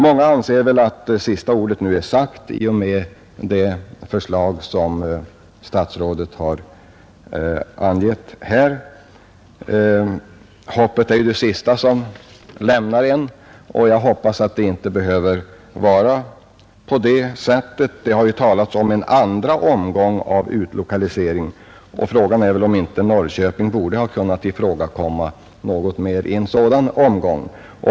Många anser väl att det avgörande ordet nu sagts i och med det förslag som finansministern här omnämnt. Men hoppet är ju det sista man har kvar. Det har talats om en andra omgång av utlokaliseringen av statlig verksamhet. Frågan är om inte Norrköping då i stället borde komma med i en sådan omgång.